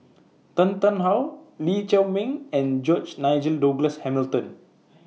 Tan Tarn How Lee Chiaw Meng and George Nigel Douglas Hamilton